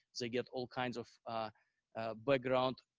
they get all kinds of background,